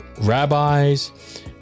rabbis